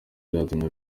byatumye